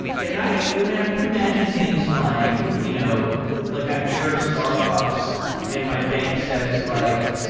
yeah. and i i mean, i can imagine things like you know like i'm near a starbucks and my bank says like,